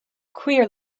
queer